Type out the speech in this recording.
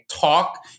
talk